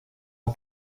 aux